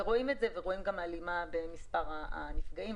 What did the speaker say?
ורואים גם הלימה של זה במספר הנפגעים.